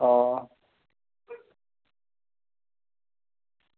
हां